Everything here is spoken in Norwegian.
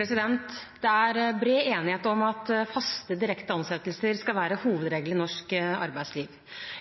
Det er bred enighet om at faste, direkte ansettelser skal være hovedregelen i norsk arbeidsliv.